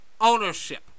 ownership